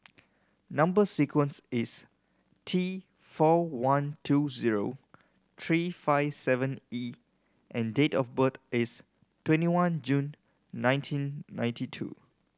number sequence is T four one two zero three five seven E and date of birth is twenty one June nineteen ninety two